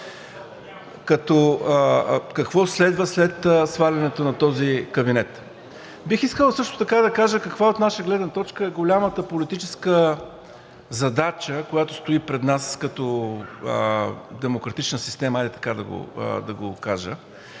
какво следва след свалянето на този кабинет? Бих искал също така да кажа каква е от наша гледна точка голямата политическа задача, която стои пред нас като демократична система, хайде така да го кажа,